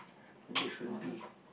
finish already